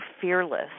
fearless